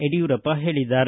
ಯಡಿಯೂರಪ್ಪ ಹೇಳಿದ್ದಾರೆ